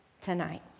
tonight